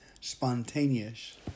Spontaneous